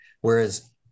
Whereas